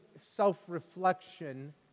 self-reflection